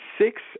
Six